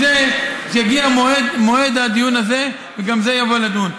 כשיגיע מועד הדיון הזה, גם זה יובא לדיון.